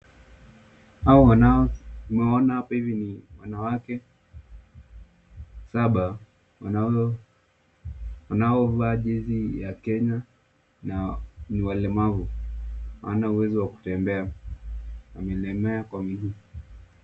Hawa ambaye unaona hapa hivi ni wanawake saba wanaovaa jezi ya Kenya na ni walemavu, hawana uwezo wa kutembea wamelemewa kwa miguu.